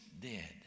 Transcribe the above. dead